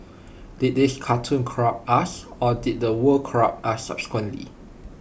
did these cartoons corrupt us or did the world corrupt us subsequently